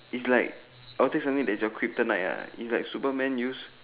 is like your kryptonite is like Superman use